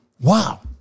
Wow